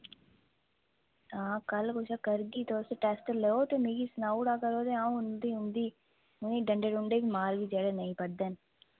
आं कल्ल करगी ते तुस टेस्ट लैओ मिगी सनाई ओड़ो ते अंऊ उंदी ते डंडे बी मारो जेह्ड़े नेईं पढ़दे न